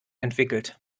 entwickelt